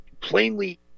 plainly